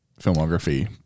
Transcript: filmography